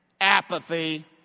apathy